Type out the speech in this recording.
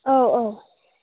औ औ